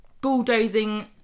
bulldozing